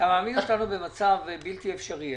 במצב בלתי אפשרי.